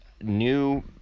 new